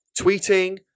tweeting